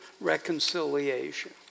reconciliation